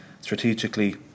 strategically